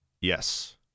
Yes